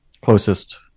closest